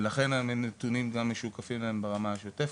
ולכן הנתונים גם משוקפים להם ברמה השוטפת,